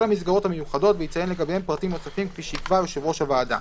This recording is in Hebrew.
המסגרות המיוחדות ויציין לגביהן פרטים נוספים כפי שיקבע יושב ראש הוועדה.